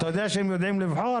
אתה יודע שהם יודעים לבחור?